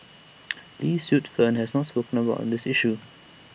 lee Suet Fern has not spoken up on this issue